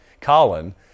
Colin